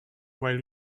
while